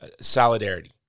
solidarity